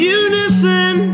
unison